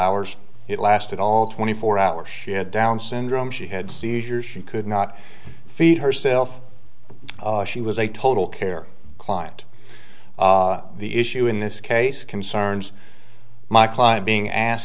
hours it lasted all twenty four hours she had down syndrome she had seizures she could not feed herself she was a total care client the issue in this case concerns my client being asked